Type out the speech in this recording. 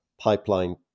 pipeline